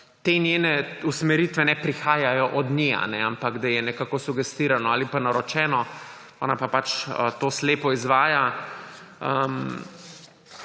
te njene usmeritve ne prihajajo od nje, ampak ji je nekako sugerirano ali naročeno, ona pa pač to slepo izvaja.